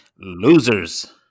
Losers